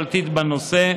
בנושא,